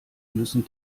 müssen